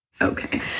Okay